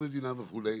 וכולי.